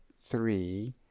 three